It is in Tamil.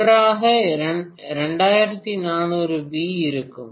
ஒன்றாக 2400 வி இருக்கும்